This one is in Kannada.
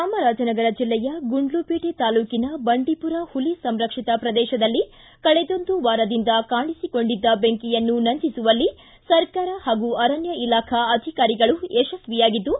ಚಾಮರಾಜನಗರ ಜಲ್ಲೆಯ ಗುಂಡ್ಲುಪೇಟೆ ತಾಲ್ಲೂಕಿನ ಬಂಡೀಪುರ ಹುಲಿ ಸಂರಕ್ಷಿತ ಪ್ರದೇಶದಲ್ಲಿ ಕಳೆದೊಂದು ವಾರದಿಂದ ಕಾಣಿಸಿಕೊಂಡಿದ್ದ ಬೆಂಕಿಯನ್ನು ನಂದಿಸುವಲ್ಲಿ ಸರ್ಕಾರ ಹಾಗೂ ಅರಣ್ಯ ಇಲಾಖಾ ಅಧಿಕಾರಿಗಳು ಯಶಸ್ವಿಯಾಗಿದ್ದು